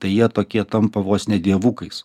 tai jie tokie tampa vos ne dievukais